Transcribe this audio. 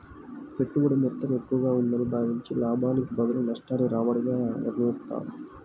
పెట్టుబడి మొత్తం ఎక్కువగా ఉందని భావించి, లాభానికి బదులు నష్టాన్ని రాబడిగా వర్ణిస్తారు